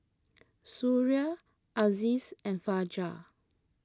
Suria Aziz and Fajar